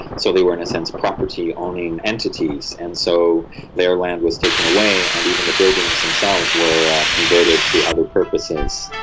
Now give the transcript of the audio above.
so they were in a sense property-owning entities, and so their land was taken away and even the buildings themselves were converted to other purposes.